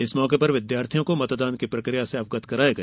इस मौके पर विद्यार्थियों को मतदान की प्रकिया से अवगत कराया गया